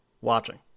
Watching